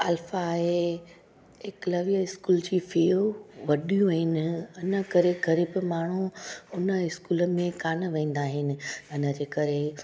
alpha आहे Eklavya school जी फ़ियूं ॾाढियूं आहिनि इनकरे ग़रीबु माण्हू हुन इस्कूल में कान वेंदा आहिनि हिनजे करे